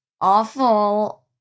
awful